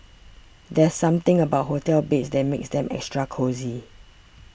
there's something about hotel beds that makes them extra cosy